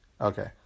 Okay